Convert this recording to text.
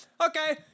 okay